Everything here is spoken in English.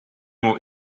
more